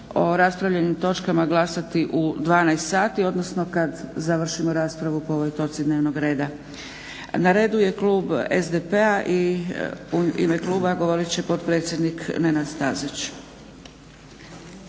o raspravljenim točkama glasati u 12,00 sati odnosno kada završimo raspravu po ovoj točci dnevnog reda. Na redu je klub SDP-a i u ime kluba govorit će potpredsjednik Nenad Stazić.